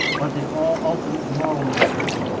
but in all ultimate moral matters,